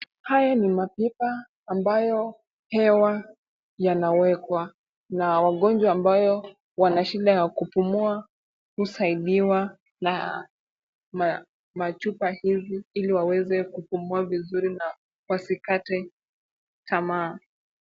Haya ni mapipa ambayo hewa yanawekwa na wagonjwa ambayo wana shida ya kupumua husaidiwa na machupa hizi ili waweze kupumua vizuri na wasikate tamaa.